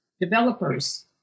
developers